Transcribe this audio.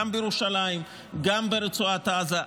גם בירושלים וגם ברצועת עזה.